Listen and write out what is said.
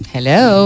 Hello